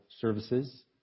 services